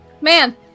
Man